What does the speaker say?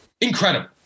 incredible